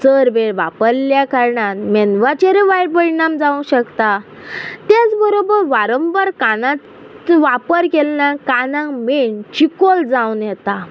चड वेळ वापरल्या कारणान मेंदवाचेरूय वायट परिणाम जावंक शकता तेच बरोबर वारंवार कानाचो वापर केल्ल्यान कानाक मेण चिकोल जावन येता